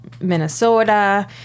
Minnesota